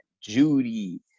Judy